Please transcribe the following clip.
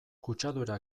kutsadura